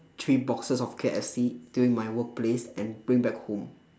three boxes of K_F_C during my workplace and bring back home